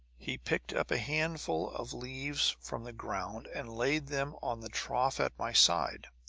he picked up a handful of leaves from the ground and laid them on the trough at my side.